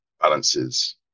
balances